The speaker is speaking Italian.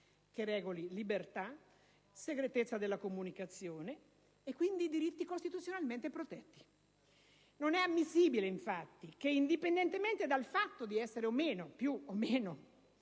che regoli libertà, segretezza della comunicazione e quindi i diritti costituzionalmente protetti. Non è ammissibile, infatti, che, indipendentemente dal fatto di essere o meno criminali